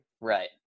Right